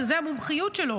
שזו המומחיות שלו,